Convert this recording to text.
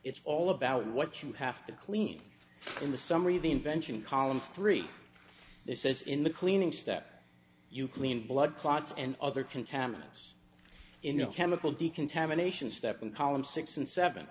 it's all about what you have to clean in the summary of the invention column three this is in the cleaning step you clean blood clots and other contaminants in the chemical decontamination step and column six and seven